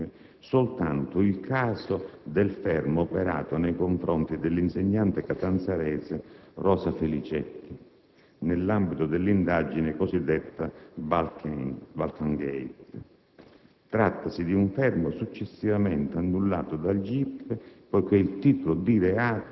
costituiva oggetto dell'inchiesta disposta il 15 novembre 2005 soltanto il caso del fermo operato nei confronti dell'insegnante catanzarese Rosa Felicetti, nell'ambito dell'indagine cosiddetta "Balkangate".